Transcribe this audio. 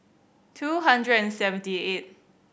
two hundred and seventy eight